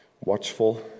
watchful